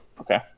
Okay